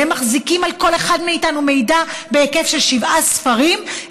והם מחזיקים על כל אחד מאתנו מידע בהיקף של שבעה ספרים,